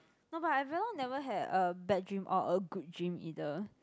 not but I very long never had a bad dream or a good dream either